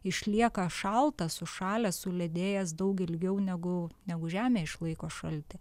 išlieka šaltas sušalęs suledėjęs daug ilgiau negu negu žemė išlaiko šaltį